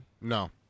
No